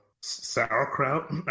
Sauerkraut